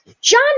John